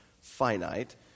finite